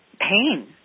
pain